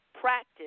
Practice